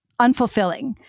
unfulfilling